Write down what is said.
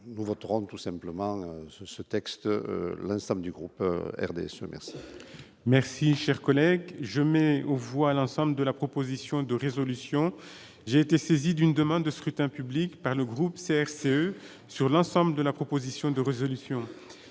nous voterons tout simplement ce texte, l'ensemble du groupe RDSE merci. Merci, cher collègue, je mets, on voit l'ensemble de la proposition de résolution, j'ai été saisi d'une demande de scrutin public par le groupe CRCE sur l'ensemble de la proposition de résolution,